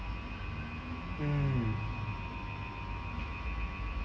mm